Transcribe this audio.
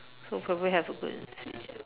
so probably have to go and see